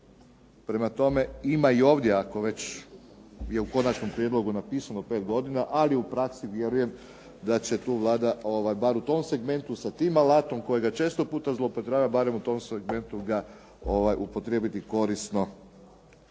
Prema tome, ima i ovdje ako već je u konačnom prijedlogu napisano 5 godina, ali u praksi vjerujem da će tu Vlada, barem u tom segmentu sa tim alatom kojega često puta zloupotrebljava, barem u tom segmentu ga upotrijebiti korisno,